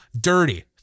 dirty